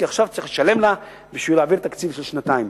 כי עכשיו צריך לשלם לה בשביל להעביר תקציב של שנתיים.